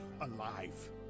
alive